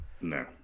No